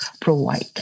provide